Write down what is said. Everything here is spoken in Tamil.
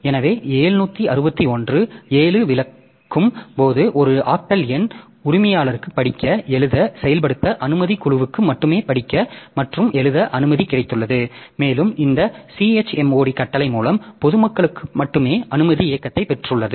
எனவே 761 7 விளக்கும் போது இது ஒரு ஆக்டல் எண் உரிமையாளருக்கு படிக்க எழுத செயல்படுத்த அனுமதி குழுவுக்கு மட்டுமே படிக்க மற்றும் எழுத அனுமதி கிடைத்துள்ளது மேலும் இந்த chmod கட்டளை மூலம் பொதுமக்களுக்கு மட்டுமே அனுமதி இயக்கத்தை பெற்றுள்ளது